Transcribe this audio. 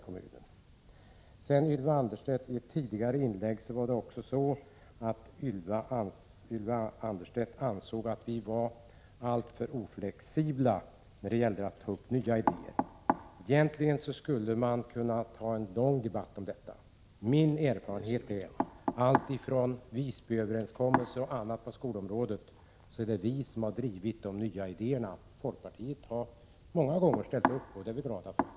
Ylva Annerstedt ansåg i ett tidigare inlägg att vi socialdemokrater var alltför oflexibla när det gäller att ta upp nya idéer. Vi skulle egentligen kunna föra en lång debatt om detta. Min erfarenhet är, från Visbyöverenskommelsen och annat på skolområdet, att det är vi som drivit de nya idéerna. Folkpartiet har många gånger ställt upp, och det är vi glada för.